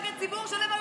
נגד ציבור שלם?